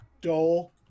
Dole